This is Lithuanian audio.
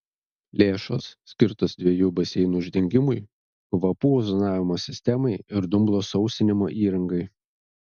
lėšos skirtos dviejų baseinų uždengimui kvapų ozonavimo sistemai ir dumblo sausinimo įrangai